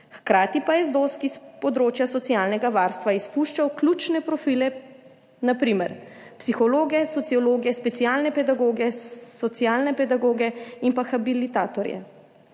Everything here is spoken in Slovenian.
Hkrati pa je ZDOS s področja socialnega varstva izpuščal ključne profile, na primer psihologe, sociologe, specialne pedagoge, socialne pedagoge in pa habilitatorje.